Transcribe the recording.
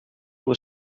was